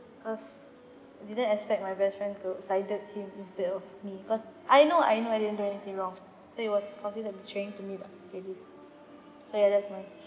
cause didn't expect my best friend to sided him instead of me cause I know I know I didn't do anything wrong so it was considered betraying to me that it is so ya that's mine